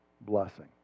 blessing